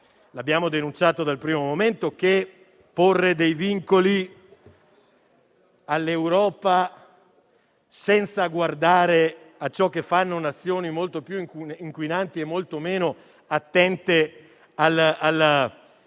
Abbiamo denunciato dal primo momento il porre dei vincoli all'Europa senza guardare a ciò che fanno Nazioni molto più inquinanti e meno attente alla